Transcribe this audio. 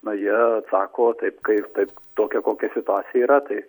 na jie atsako taip kaip taip tokia kokia situacija yra tai